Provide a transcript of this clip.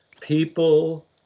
people